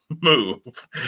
move